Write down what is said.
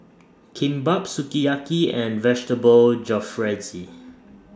Kimbap Sukiyaki and Vegetable Jalfrezi